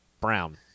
Brown